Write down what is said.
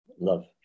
love